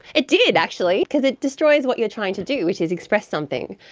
it did actually because it destroys what you're trying to do, which is express something.